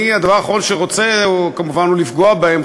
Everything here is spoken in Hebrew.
הדבר האחרון שאני רוצה כמובן הוא לפגוע בהם,